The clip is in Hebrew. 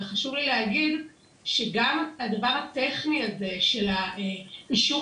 וחשוב לי להגיד שגם הדבר הטכני הזה של אישור